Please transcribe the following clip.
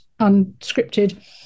unscripted